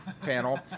panel